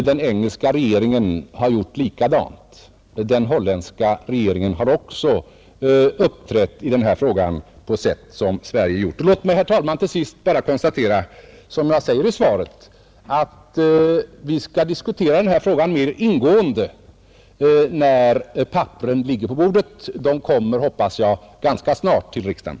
Den engelska regeringen har gjort likadant. Även den holländska regeringen har i denna fråga uppträtt på samma sätt som den svenska regeringen. Låt mig, herr talman, till sist bara konstatera att vi, som jag säger i mitt svar, skall diskutera denna fråga mer ingående när papperen ligger på bordet. De kommer, hoppas jag, ganska snart till riksdagen.